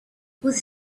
with